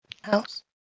house